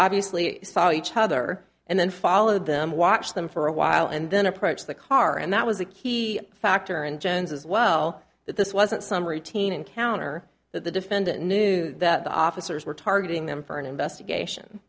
obviously saw each other and then followed them watched them for a while and then approached the car and that was a key factor in jenn's as well that this wasn't some routine encounter that the defendant knew that the officers were targeting them for an investigation